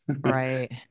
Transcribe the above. Right